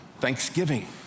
Thanksgiving